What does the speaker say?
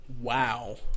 Wow